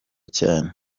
cyane